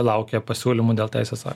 laukia pasiūlymų dėl teisės akto